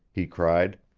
he cried.